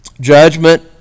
judgment